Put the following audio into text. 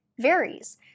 varies